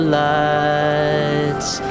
lights